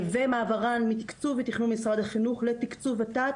ומעברן מתקצוב ותכנון משרד החינוך לתקצוב ות"ת